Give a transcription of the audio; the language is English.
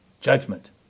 Judgment